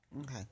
okay